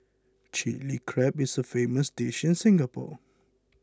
Chilli Crab is a famous dish in Singapore